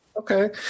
Okay